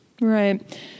right